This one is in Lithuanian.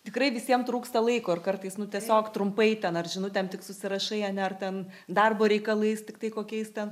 tikrai visiems trūksta laiko ir kartais nu tiesiog trumpai ten ar žinutėm tik susirašai ane ar ten darbo reikalais tiktai kokiais ten